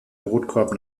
brotkorb